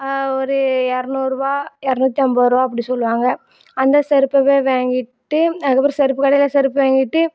ஒரு இரநூறுவா இரநூத்தி ஐம்பது ரூபா அப்படி சொல்லுவாங்க அந்த செருப்பை போய் வாங்கிட்டு அதுக்கு அப்புறம் செருப்பு கடையில் செருப்பு வாங்கிட்டு